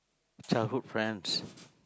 childhood friends